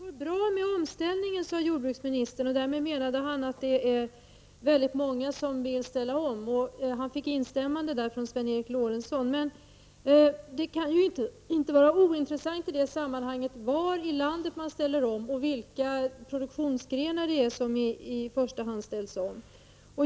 Herr talman! Det går bra med omställningen, sade jordbruksministern, och därmed menade han att det är väldigt många som vill ställa om. Han fick instämmande där från Sven Eric Lorentzon. Men det kan ju inte vara ointressant var i landet man ställer om och vilka produktionsgrenar som i första hand ställs om.